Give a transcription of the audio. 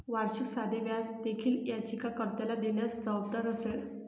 वार्षिक साधे व्याज देखील याचिका कर्त्याला देण्यास जबाबदार असेल